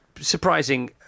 surprising